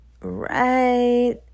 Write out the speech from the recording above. right